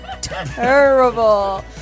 terrible